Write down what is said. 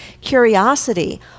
curiosity